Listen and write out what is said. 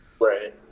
right